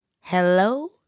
Hello